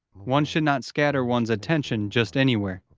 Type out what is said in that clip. one should not scatter one's attention just anywhere,